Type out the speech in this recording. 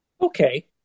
Okay